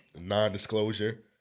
non-disclosure